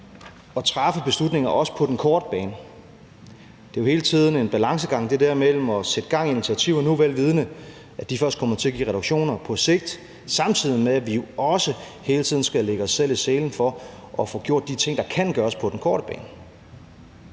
at træffe beslutninger, også på den korte bane. Det er jo hele tiden en balancegang mellem at sætte gang i initiativer nu, vel vidende at de først kommer til at give reduktioner på sigt, samtidig med at vi jo også hele tiden skal lægge os i selen for at få gjort de ting, der kan gøres på den korte bane.